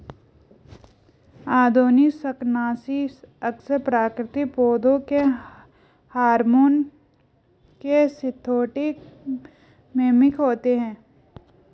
आधुनिक शाकनाशी अक्सर प्राकृतिक पौधों के हार्मोन के सिंथेटिक मिमिक होते हैं